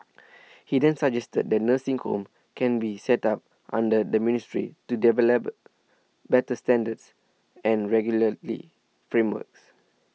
he then suggested that nursing homes can be set up under the ministry to develop better standards and regularly frameworks